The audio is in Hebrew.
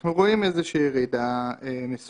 אנחנו רואים איזו שהיא ירידה מסוימת.